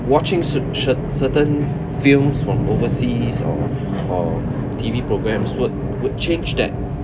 watching cer~ cer~ certain films from overseas or or T_V programs would would change that